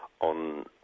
on